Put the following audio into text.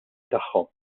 tagħhom